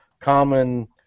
common